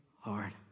hard